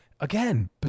Again